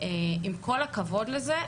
עם כל הכבוד לזה,